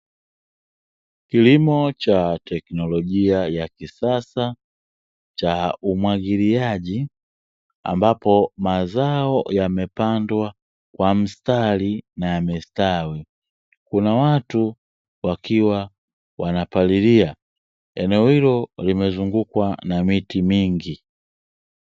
Kilimo cha teknolojia ya kisasa cha umwagiliaji, ambapo mazao yamepandwa kwa mstari na yamestawi. Kuna watu wakiwa wanapalilia. Eneo hilo limezungukwa na miti mingi.